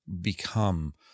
become